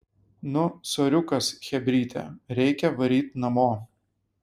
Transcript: nu soriukas chebryte reikia varyt namo